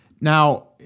Now